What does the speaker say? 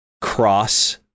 cross